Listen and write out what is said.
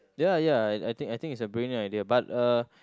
ya ya I I think I think it's a brilliant idea but uh